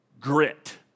grit